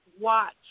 watch